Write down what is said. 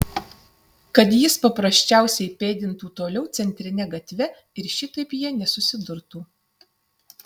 kad jis paprasčiausiai pėdintų toliau centrine gatve ir šitaip jie nesusidurtų